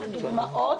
ואלה דוגמאות,